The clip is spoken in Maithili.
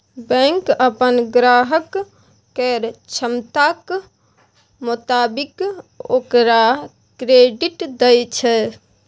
बैंक अप्पन ग्राहक केर क्षमताक मोताबिक ओकरा क्रेडिट दय छै